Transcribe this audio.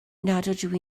ydw